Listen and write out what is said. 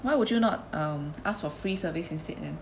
why would you not um ask for free service instead then